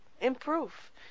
improve